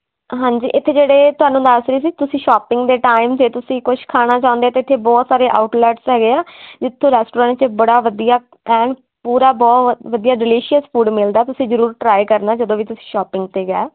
ਹਾਂਜੀ ਇੱਥੇ ਜਿਹੜੇ ਤੁਹਾਨੂੰ ਦੱਸ ਰਹੀ ਸੀ ਤੁਸੀਂ ਸ਼ੋਪਿੰਗ ਦੇ ਟਾਈਮ 'ਤੇ ਤੁਸੀਂ ਕੁਝ ਖਾਣਾ ਚਾਹੁੰਦੇ ਤਾਂ ਇੱਥੇ ਬਹੁਤ ਸਾਰੇ ਆਊਟਲੈਟਸ ਹੈਗੇ ਆ ਜਿੱਥੋਂ ਰੈਸਟੋਰੈਂਟ 'ਤੇ ਬੜਾ ਵਧੀਆ ਐਨ ਪੂਰਾ ਬਹੁਤ ਵਧੀਆ ਡਿਲੇਸ਼ੀਅਸ ਫੂਡ ਮਿਲਦਾ ਤੁਸੀਂ ਜ਼ਰੂਰ ਟਰਾਈ ਕਰਨਾ ਜਦੋਂ ਵੀ ਤੁਸੀਂ ਸ਼ੋਪਿੰਗ 'ਤੇ ਗਏ